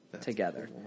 together